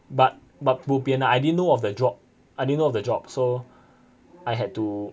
but but bo pian ah I didn't know of the job I didn't know of the job so I had to